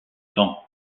vents